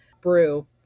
brew